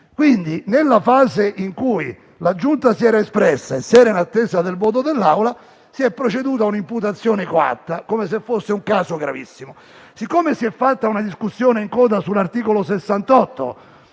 Quindi, nella fase in cui la Giunta si era espressa e si era in attesa del voto dell'Aula, si è proceduto a un'imputazione coatta, come se fosse un caso gravissimo. È stata fatta una discussione in coda sull'articolo 68,